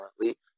currently